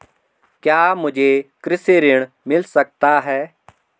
क्या मुझे कृषि ऋण मिल सकता है?